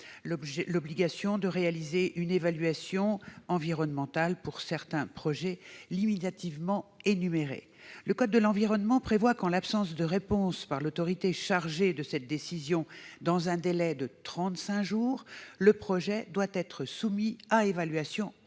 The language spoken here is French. l'obligation de réaliser une évaluation environnementale pour certains projets limitativement énumérés. Le code de l'environnement prévoit que, en l'absence de réponse par l'autorité chargée de cette décision dans un délai de trente-cinq jours, le projet doit être soumis à évaluation environnementale.